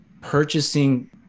purchasing